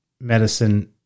medicine